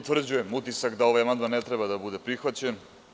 Potvrđujem utisak da ovaj amandman ne treba da bude prihvaćen.